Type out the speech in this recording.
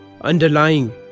underlying